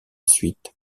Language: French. suite